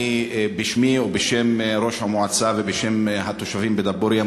בשמי ובשם ראש המועצה ובשם התושבים בדבורייה,